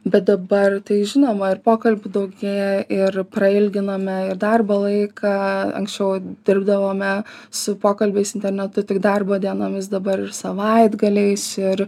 bet dabar tai žinoma ir pokalbių daugėja ir prailginome ir darbo laiką anksčiau dirbdavome su pokalbiais internetu tik darbo dienomis dabar ir savaitgaliais ir